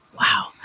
Wow